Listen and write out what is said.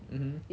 mmhmm